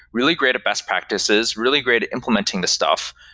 really great at best practices, really great implementing the stuff,